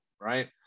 right